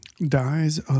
Dies